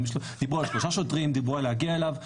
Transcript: דיברו על שלושה שוטרים, דיברו על להגיע אליו.